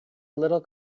little